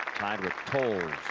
tied with tolles,